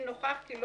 אם נוכח כי לא